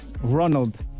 ronald